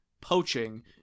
poaching